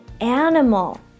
animal